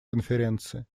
конференции